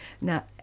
Now